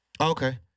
Okay